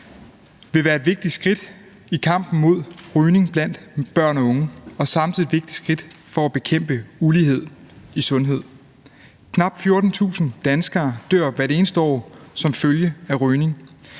vil være et vigtigt skridt i kampen mod rygning blandt børn og unge og samtidig et vigtigt skridt for at bekæmpe ulighed i sundhed. Knap 14.000 danskere dør hvert eneste år som følge af rygning,